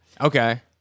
Okay